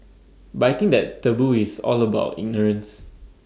but I think that taboo is all about ignorance